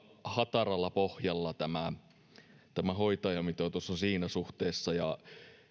hataralla pohjalla tämä hoitajamitoitus on siinä suhteessa